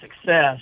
success